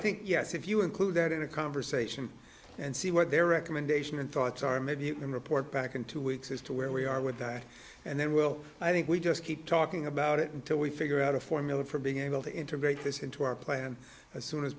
think yes if you include that in a conversation and see what their recommendation and thoughts are maybe you can report back in two weeks as to where we are with that and then we'll i think we just keep talking about it until we figure out a formula for being able to integrate this into our plan as soon as